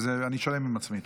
אני שלם עם עצמי.